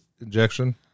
Injection